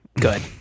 good